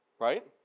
right